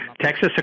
Texas